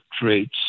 traits